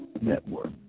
Network